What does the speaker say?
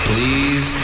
Please